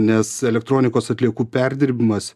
nes elektronikos atliekų perdirbimas